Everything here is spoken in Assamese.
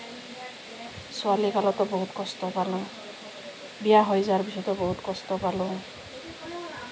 ছোৱালী কালতো বহুত কষ্ট পালোঁ বিয়া হৈ যোৱাৰ পিছতো বহুত কষ্ট পালোঁ